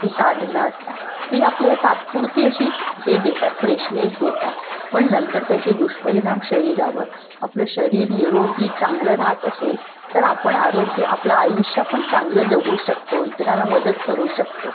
ती साधनं असतात ती आपल्याला तात्पुरती अशीच हे देतात फ्रेशनेस देतात पण नंतर त्याचे दुष्परिणाम शरीरावर आपलं शरीर निरोगी चांगलं राहत असेल तर आपण आरोग्य आपलं आयुष्य आपण चांगलं जगू शकतो इतरांना मदत करू शकतो